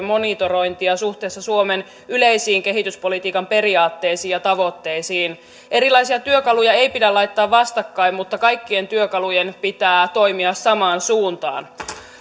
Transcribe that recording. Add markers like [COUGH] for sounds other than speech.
[UNINTELLIGIBLE] monitorointia suhteessa suomen yleisiin kehityspolitiikan periaatteisiin ja tavoitteisiin erilaisia työkaluja ei pidä laittaa vastakkain mutta kaikkien työkalujen pitää toimia samaan suuntaan